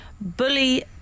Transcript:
Bully